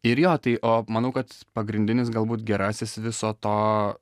ir jo tai o manau kad pagrindinis galbūt gerasis viso to